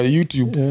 YouTube